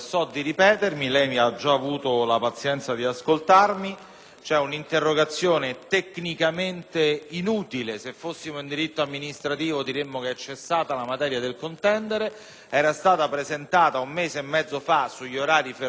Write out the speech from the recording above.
nuova finestra") tecnicamente inutile perché, se fossimo in diritto amministrativo, diremmo che è cessata la materia del contendere, che era stata presentata un mese e mezzo fa, sugli orari ferroviari per i pendolari. L'orario è entrato in vigore domenica